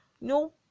No